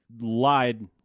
lied